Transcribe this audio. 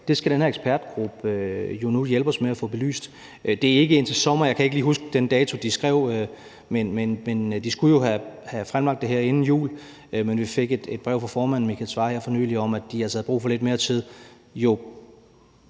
Det skal den her ekspertgruppe jo nu hjælpe os med at få belyst. Det er ikke først til sommer – jeg kan ikke lige huske den dato, de skrev – men de skulle jo have fremlagt det her inden jul. Men vi fik et brev fra formanden, Michael Svarer, her for nylig om, at de altså havde brug for lidt mere tid,